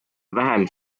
vähem